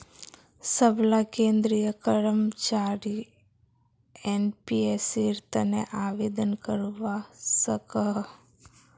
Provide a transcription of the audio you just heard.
सबला केंद्रीय कर्मचारी एनपीएसेर तने आवेदन करवा सकोह